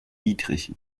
dietrich